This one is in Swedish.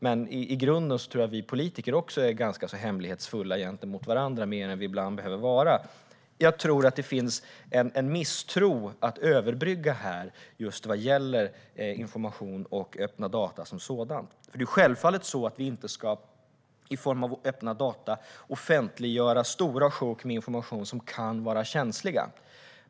Men i grunden tror jag att även vi politiker är ganska hemlighetsfulla gentemot varandra - mer än vi ibland behöver vara. Jag tror att det finns en misstro att överbrygga just vad gäller information och öppna data som sådana. Självfallet ska vi inte i form av öppna data offentliggöra stora sjok med information som kan vara känslig.